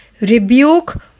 rebuke